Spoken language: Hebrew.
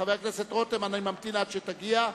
חבר הכנסת רותם, אני ממתין עד שתגיע,